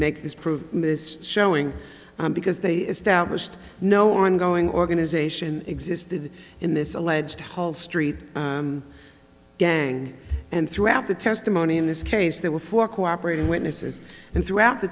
make this prove this showing because they established no ongoing organization existed in this alleged whole street gang and throughout the testimony in this case there were four cooperating witnesses and throughout the